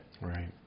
Right